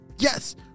Yes